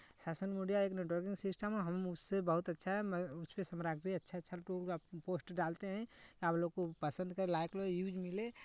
social media एक networking system है हम उससे बहुत अच्छा है उसपे सामग्री अच्छा अच्छा टूल पोस्ट डालते हैं आप लोग को पसंद करें लाइक लो व्यूज़ मिले